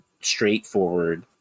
straightforward